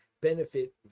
benefit